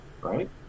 right